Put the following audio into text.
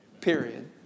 Period